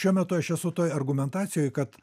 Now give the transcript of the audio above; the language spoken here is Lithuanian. šiuo metu aš esu toj argumentacijoj kad